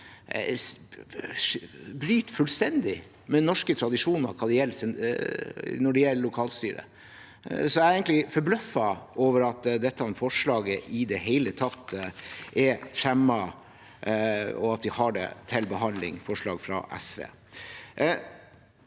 bryter fullstendig med norske tradisjoner når det gjelder lokalstyre. Jeg er egentlig forbløffet over at dette forslaget fra SV i det hele tatt er fremmet, og at vi har det til behandling. Det er